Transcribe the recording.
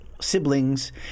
siblings